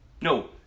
No